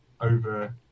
over